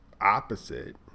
opposite